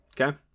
Okay